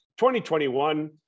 2021